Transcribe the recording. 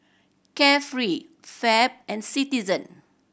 Carefree Fab and Citizen